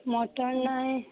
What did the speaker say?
mutton ନାହିଁ